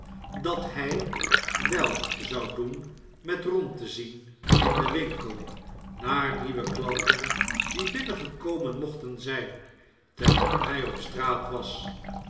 dat hjj wel zou doen met rond te zien in den winkel naar nieuwe klanten die binnengekomen mochten zjjn terwjjl hij op straat was